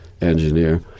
engineer